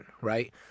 right